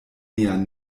nia